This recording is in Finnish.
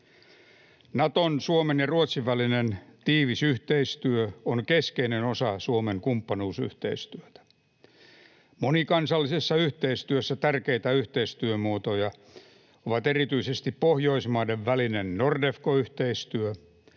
Naton, Suomen ja Ruotsin välinen tiivis yhteistyö on keskeinen osa Suomen kumppanuusyhteistyötä. Monikansallisessa yhteistyössä tärkeitä yhteistyömuotoja ovat erityisesti pohjoismaiden välinen Nordefco-yhteistyö